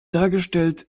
dargestellt